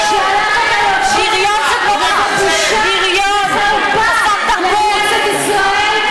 תתבייש איך שאתה מדבר, לא ראית את הסרטון בכלל.